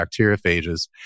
bacteriophages